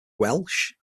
welsh